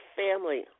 family